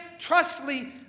trustly